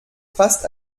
fast